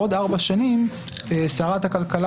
בעוד ארבע שנים שרת הכלכלה,